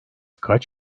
kaç